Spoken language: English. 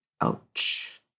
Ouch